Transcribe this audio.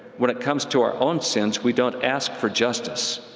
when it comes to our own sins, we don't ask for justice.